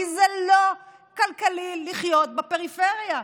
כי זה לא כלכלי לחיות בפריפריה.